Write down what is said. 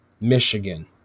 Michigan